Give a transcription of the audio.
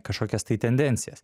kažkokias tai tendencijas